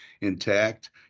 intact